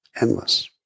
Endless